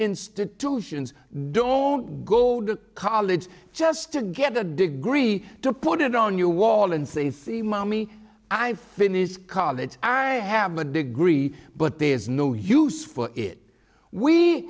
institutions don't go to college just to get a degree to put it on your wall and see if the mommy i finish college i have a degree but there's no use for it we